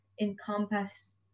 encompass